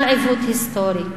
כל עיוות היסטורי,